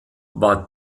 war